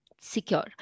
secure